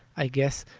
i guess,